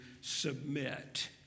submit